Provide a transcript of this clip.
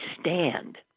stand